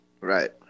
Right